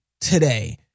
today